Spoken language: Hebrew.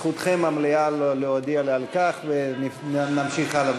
זכותכם המלאה להודיע לי על כך ונמשיך הלאה.